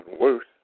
worse